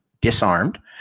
disarmed